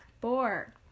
Four